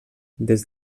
des